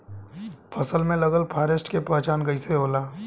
फसल में लगल फारेस्ट के पहचान कइसे होला?